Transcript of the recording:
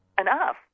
enough